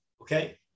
Okay